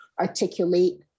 articulate